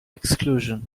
exclusion